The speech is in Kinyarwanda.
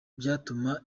byatumye